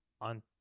on